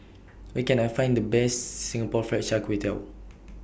Where Can I Find The Best Singapore Fried Kway Tiao